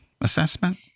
assessment